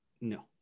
No